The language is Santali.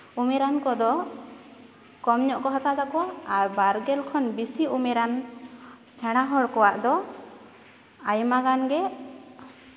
ᱩᱢᱮᱨᱟᱱ ᱠᱚᱫᱚ ᱠᱚᱢ ᱧᱚᱜ ᱠᱚ ᱦᱟᱛᱟᱣ ᱛᱟᱠᱚᱣᱟ ᱟᱨ ᱵᱟᱨᱜᱮᱞ ᱠᱷᱚᱱ ᱵᱮᱥᱤ ᱩᱢᱮᱨᱟᱱ ᱥᱮᱬᱟ ᱦᱚᱲ ᱠᱚᱣᱟᱜ ᱫᱚ ᱟᱭᱢᱟ ᱜᱟᱱ ᱜᱮ